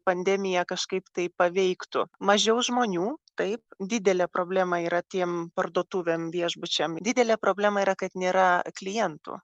pandemija kažkaip tai paveiktų mažiau žmonių taip didelė problema yra tiem parduotuvėm viešbučiam didelė problema yra kad nėra klientų